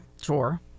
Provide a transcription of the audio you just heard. Sure